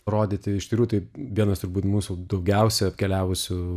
rodyti iš tikrųjų tai vienas turbūt mūsų daugiausia apkeliavusių